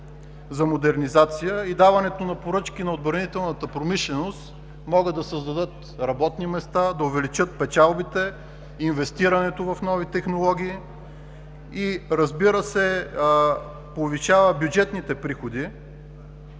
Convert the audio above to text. за модернизация и даването на поръчки на отбранителната промишленост могат да създават работни места, да увеличат печалбите, инвестирането в нови технологии и да повишават бюджетните приходи